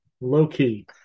low-key